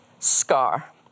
scar